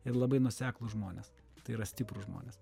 ir labai nuoseklūs žmonės tai yra stiprūs žmonės